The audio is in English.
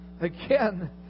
again